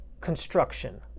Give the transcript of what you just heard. construction